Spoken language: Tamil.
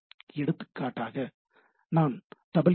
எடுத்துக்காட்டாக நான் "www